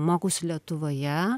mokausi lietuvoje